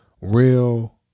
real